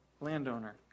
landowner